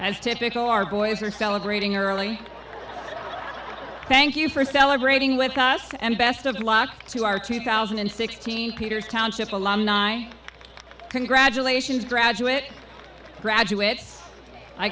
typical our boys are celebrating early thank you for celebrating with us and best of luck to our two thousand and sixteen peters township alumni congratulations graduate graduates i